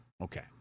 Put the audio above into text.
Okay